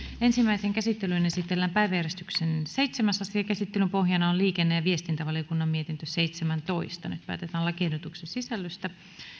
ensimmäiseen käsittelyyn esitellään päiväjärjestyksen seitsemäs asia käsittelyn pohjana on liikenne ja viestintävaliokunnan mietintö seitsemäntoista nyt päätetään lakiehdotuksen sisällöstä